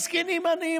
הזקנים עניים,